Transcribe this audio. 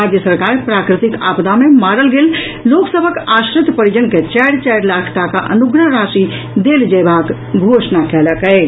राज्य सरकार प्राकृतिक आपदा मे मारल गेल लोक सभक आश्रित परिजन के चारि चारि लाख टाका अनुग्रह राशि देल जयबाक घोषणा कयलक अछि